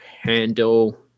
handle